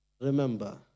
Remember